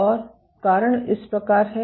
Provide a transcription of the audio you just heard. और कारण इस प्रकार है